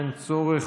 אין צורך.